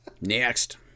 Next